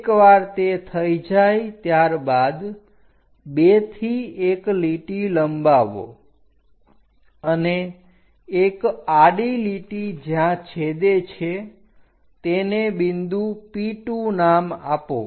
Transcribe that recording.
એકવાર તે થઈ જાય ત્યારબાદ 2 થી એક લીટી લંબાવો અને એક આડી લીટી જ્યાં છેદે છે તેને બિંદુ P2 નામ આપો